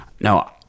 no